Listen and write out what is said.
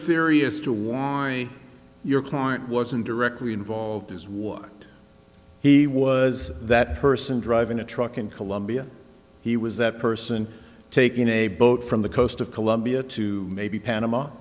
as to why your client wasn't directly involved is what he was that person driving a truck in colombia he was that person taking a boat from the coast of colombia to maybe panama